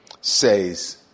says